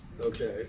okay